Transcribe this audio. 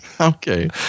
Okay